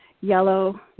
yellow